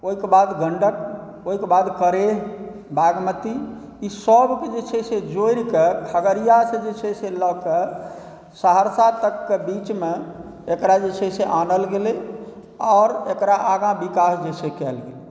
ओहिके बाद गण्डक ओहिके बाद करेह बागमती ई सबके जे छै से जोड़िकए खगड़ियासँ जे छै लऽ कऽ सहरसा तकके बीचमे एकरा जे छै से आनल गेलै आओर एकरा आगाँ विकास जे छै कएल गेलै